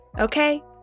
okay